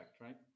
right